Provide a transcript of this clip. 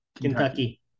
Kentucky